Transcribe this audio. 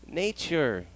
nature